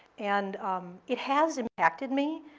and it has impacted me.